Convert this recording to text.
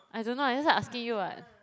I don't know that's why I asking you [what]